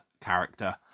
character